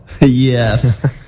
Yes